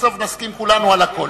בסוף נסכים כולנו על הכול.